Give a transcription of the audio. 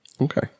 Okay